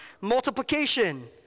multiplication